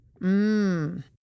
Mmm